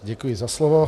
Děkuji za slovo.